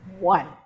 One